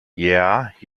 yeah